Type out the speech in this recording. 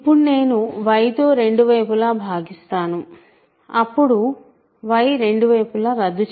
ఇప్పుడు నేను y తో రెండు వైపులా భాగిస్తాను అప్పుడు y రెండు వైపులా రద్దు చేయబడింది